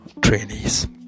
trainees